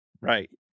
Right